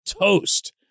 toast